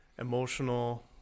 emotional